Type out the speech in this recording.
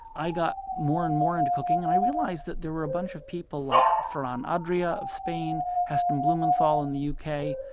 i got more and more into cooking. and i realized that there were a bunch of people like ferran adria of spain, heston blumenthal in the u k,